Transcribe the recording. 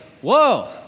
whoa